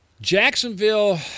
Jacksonville